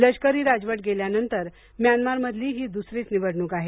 लष्करी राजवट गेल्यानंतर म्यानमारमधली ही दुसरीच निवडणूक आहे